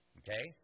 okay